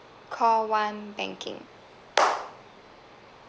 call one banking